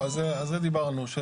לא, על זה דיברנו.